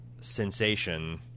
Sensation